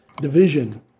Division